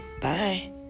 Bye